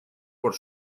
por